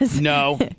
no